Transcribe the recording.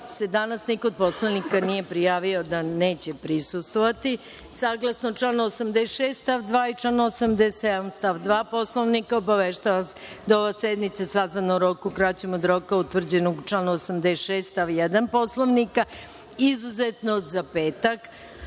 danas niko od poslanika nije prijavio da neće prisustvovati. Saglasno članu 86. stav 2. i članu 87. stav 2. Poslovnika, obaveštavam da je ova sednica sazvana u roku kraćem od roka utvrđenog u članu 86. stav 1. Poslovnika, izuzetno za petak,